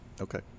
Okay